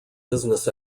business